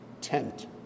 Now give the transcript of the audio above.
tent